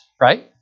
right